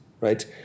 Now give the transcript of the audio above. right